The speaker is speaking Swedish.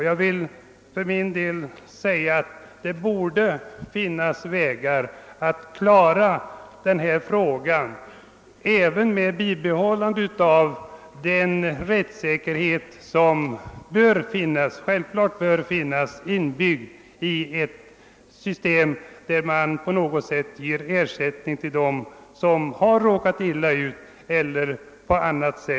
Jag vill för min del säga att det bör vara möjligt att klara denna fråga — även med bibehållande av den rättssäkerhet som självfallet bör finnas inbyggd i systemet — genom att på något sätt ge ersättning till dem som har råkat illa ut.